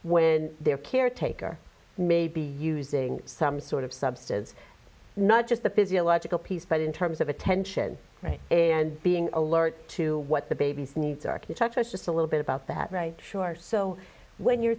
when they're caretaker maybe using some sort of substance not just the physiological piece but in terms of attention right and being alert to what the baby's needs architecture is just a little bit about that right sure so when you're